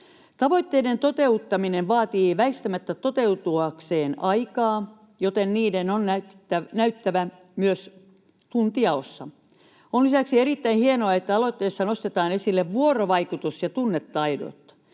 Tavoitteiden toteuttaminen vaatii väistämättä toteutuakseen aikaa, joten niiden on näyttävä myös tuntijaossa. On lisäksi erittäin hienoa, että aloitteessa nostetaan esille vuorovaikutus- ja tunnetaidot.